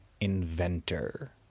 inventor